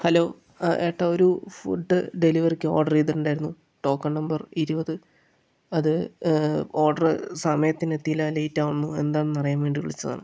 hello ആ ഏട്ടാ ഒരു ഫുഡ് ഡെലിവെറിക്ക് ഓർഡർ ചെയ്തിട്ടുണ്ടായിരുന്നു ടോക്കൺ നമ്പർ ഇരുപത് അത് ഓർഡർ സമയത്തിന് എത്തിയില്ല ലെയ്റ്റാവുന്നു എന്താണെന്ന് അറിയാൻ വേണ്ടി വിളിച്ചതാണ്